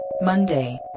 Monday